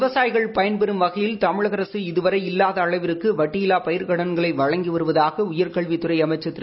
விவசாயிகள் பயன்பெறம் வகையில் தமிழக அரசு இதுவளர் இல்லாத அளவிற்கு வட்டியில்லா பயிர்க்கடன்களை வழங்கி வருவதாக உயர்கல்வித் துறை அமைச்சர் திரு